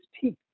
teeth